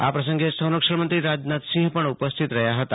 આ પ્રસંગે સંરક્ષણમંત્રી રાજનાથસિંહ પણ ઉપસ્થિત રહ્યા હતા